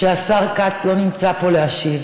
שהשר כץ לא נמצא פה להשיב.